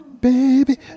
Baby